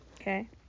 Okay